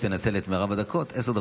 שמונה בעד, אין מתנגדים.